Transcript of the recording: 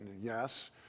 Yes